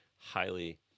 highly